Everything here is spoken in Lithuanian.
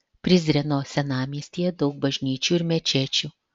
prizreno senamiestyje daug bažnyčių ir mečečių